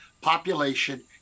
population